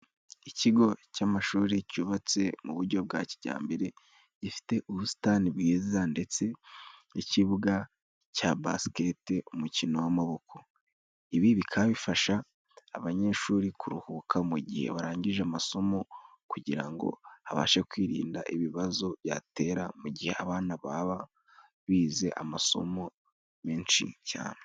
Ikigo cy'amashuri cyubatse mu buryo bwa kijyambere gifite ubusitani bwiza ndetse n'ikibuga cya baskete umukino w'amaboko. Ibi bikaba bifasha abanyeshuri kuruhuka mu gihe barangije amasomo kugira ngo abashe kwirinda ibibazo yatera mu gihe abana baba bize amasomo menshi cyane.